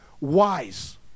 wise